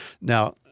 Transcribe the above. Now